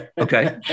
Okay